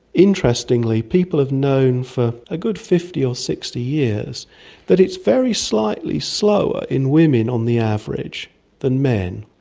interestingly people have known for a good fifty or sixty years that it's very slightly slower in women on the average than men.